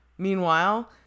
Meanwhile